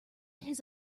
his